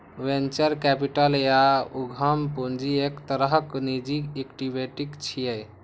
venture capital या उद्यम पूंजी एक तरहक निजी इक्विटी छियै